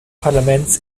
parlaments